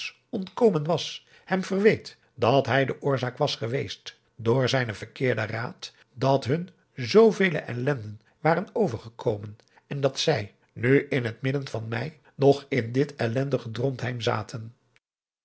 ontkomen was hem verweet dat hij de oorzaak was geweest door zijnen verkeerden raad dat hun zoovele ellenden waren overgekomen en dat zij nu in het midden van mei nog in dit ellendige drontheim zaten